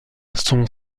son